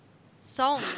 song